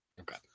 Okay